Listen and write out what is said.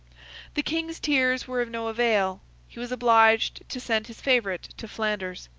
the king's tears were of no avail he was obliged to send his favourite to flanders.